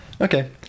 okay